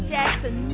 Jackson